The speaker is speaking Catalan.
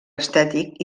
estètic